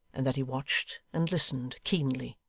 and that he watched and listened keenly.